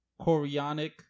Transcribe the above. chorionic